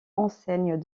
enseigne